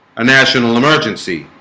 a national emergency